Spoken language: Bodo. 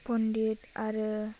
पण्डित आरो